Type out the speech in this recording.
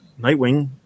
Nightwing